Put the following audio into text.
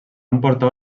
emportar